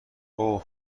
اوه